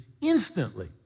instantly